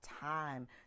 time